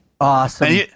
Awesome